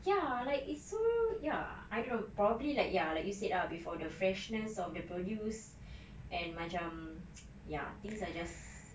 ya like it's so ya I don't know robably like ya like you said ah before the freshness of the produce and macam ya things are just